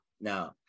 No